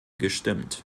gestimmt